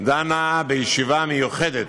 דנה בישיבה מיוחדת.